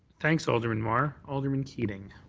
thanks, alderman mar. alderman keating.